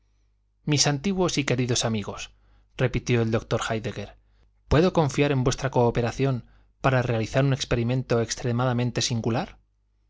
mis antiguos y queridos amigos repitió el doctor héidegger puedo confiar en vuestra cooperación para realizar un experimento extremadamente singular